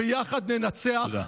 ביחד ננצח,